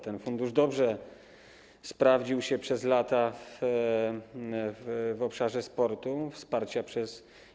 Ten fundusz dobrze sprawdzał się przez lata w obszarze sportu, wsparcia przez.